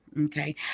okay